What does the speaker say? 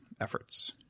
efforts